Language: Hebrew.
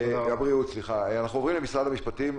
אנחנו עוברים למשרד המשפטים,